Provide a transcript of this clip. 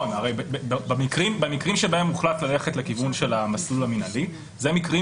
אבל המקרים שבהם הוחלט ללכת במסלול המינהלי הם מקרים